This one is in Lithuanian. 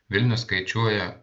vilnius skaičiuoja